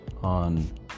on